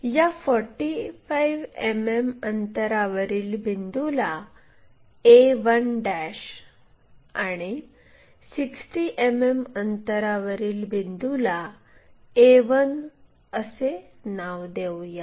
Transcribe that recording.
या 45 मिमी अंतरावरील बिंदूला a1 आणि 60 मिमी अंतरावरील बिंदूला a1 असे नाव देऊया